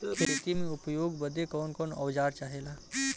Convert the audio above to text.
खेती में उपयोग बदे कौन कौन औजार चाहेला?